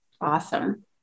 Awesome